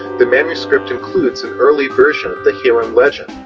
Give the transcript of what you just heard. the manuscript includes an early version of the hiram legend,